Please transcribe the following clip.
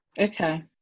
Okay